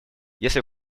если